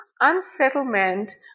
unsettlement